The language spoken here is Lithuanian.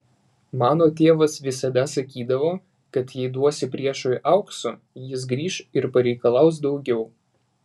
mano tėvas visada sakydavo kad jei duosi priešui aukso jis grįš ir pareikalaus daugiau